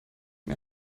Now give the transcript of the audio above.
mir